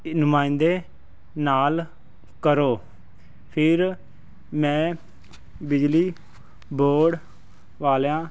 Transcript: ਨੁਮਾਇੰਦੇ ਨਾਲ ਕਰੋ ਫਿਰ ਮੈਂ ਬਿਜਲੀ ਬੋਰਡ ਵਾਲਿਆਂ